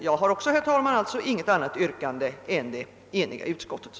Jag har alltså, herr talman, inget annat yrkande än det eniga utskottets.